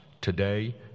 today